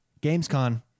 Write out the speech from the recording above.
GamesCon